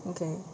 okay